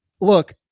Look